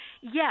yes